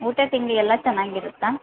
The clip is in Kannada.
ಊಟ ತಿಂಡಿ ಎಲ್ಲ ಚೆನ್ನಾಗಿರುತ್ತಾ